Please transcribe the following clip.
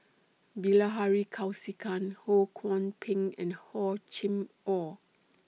Bilahari Kausikan Ho Kwon Ping and Hor Chim Or